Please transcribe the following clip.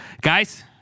guys